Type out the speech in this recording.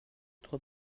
trois